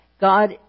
God